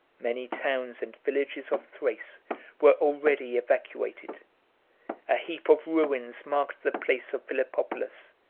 many towns and villages of thrace were already evacuated a heap of ruins marked the place of philippopolis,